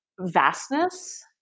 vastness